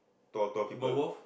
tall tall people